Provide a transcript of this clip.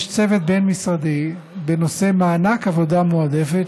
יש צוות בין-משרדי בנושא מענק עבודה מועדפת,